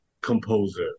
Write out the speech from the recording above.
composer